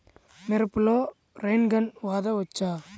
మిరపలో rain gun వాడవచ్చా?